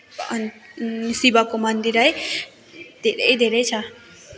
अन् शिवको मन्दिर है धेरै धेरै छ